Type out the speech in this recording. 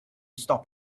stop